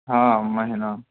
हँ महीना